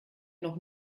noch